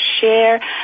share